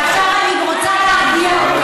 ועכשיו אני רוצה להרגיע אותך,